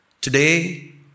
today